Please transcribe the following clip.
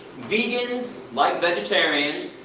vegans, like vegetarians,